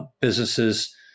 businesses